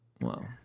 Wow